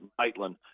Maitland